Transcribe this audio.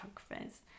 photographers